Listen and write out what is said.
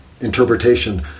interpretation